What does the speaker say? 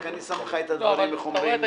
רק אני שם לך את הדברים מול העיניים.